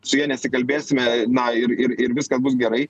su ja nesikalbėsime na ir ir ir viskas bus gerai